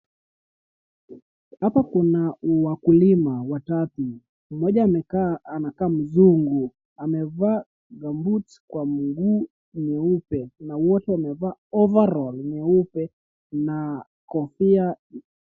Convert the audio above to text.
Hapa kuna wakulima watatu, mmoja amekaa anakaa mzungu. Amevaa gambuti kwa mguu nyeupe. Wote wamevaa ovarol nyeupe na kofia.